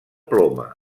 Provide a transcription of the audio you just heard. ploma